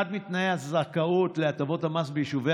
אחד מתנאי הזכאות להטבות המס ביישובי